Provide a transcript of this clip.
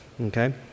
okay